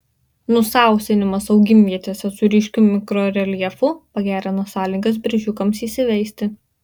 nusausinimas augimvietėse su ryškiu mikroreljefu pagerina sąlygas beržiukams įsiveisti